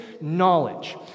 knowledge